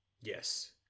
Yes